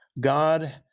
God